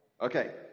Okay